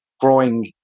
growing